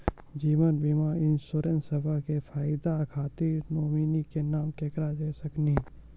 जीवन बीमा इंश्योरेंसबा के फायदा खातिर नोमिनी के नाम केकरा दे सकिनी?